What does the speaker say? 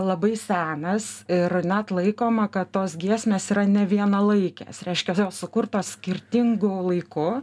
labai senas ir net laikoma kad tos giesmės yra ne vienalaikės reiškia jos sukurtos skirtingu laiku